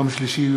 יום שלישי,